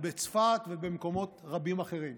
בצפת ובמקומות רבים אחרים.